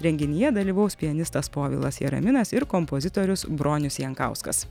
renginyje dalyvaus pianistas povilas jaraminas ir kompozitorius bronius jankauskas